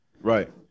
Right